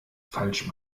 falsch